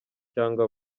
cyangwa